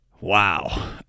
Wow